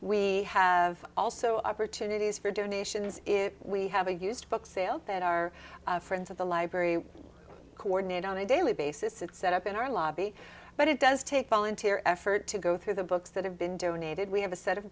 we have also opportunities for donations if we have a used book sale that our friends at the library coordinate on a daily basis and set up in our lobby but it does take volunteer effort to go through the books that have been donated we have a set of